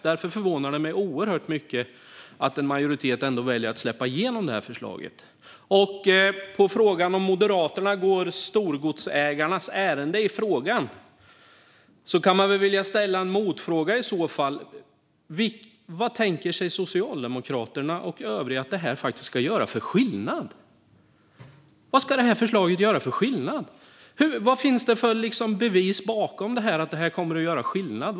Därför förvånar det mig oerhört mycket att en majoritet ändå väljer att släppa igenom förslaget. På frågan om Moderaterna går storgodsägarnas ärenden i frågan skulle jag vilja ställa en motfråga: Vad tänker sig Socialdemokraterna och övriga att det här faktiskt ska göra för skillnad? Vad ska det här förslaget göra för skillnad? Vad finns det för bevis för att detta kommer att göra skillnad?